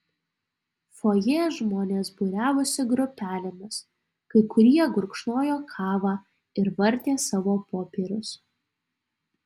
fojė žmonės būriavosi grupelėmis kai kurie gurkšnojo kavą ir vartė savo popierius